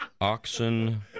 Oxen